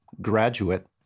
graduate